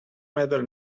matter